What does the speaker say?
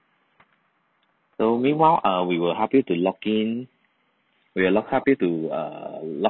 so meanwhile err we will help you to lock in we will lock help you to uh lock